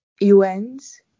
UNs